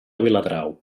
viladrau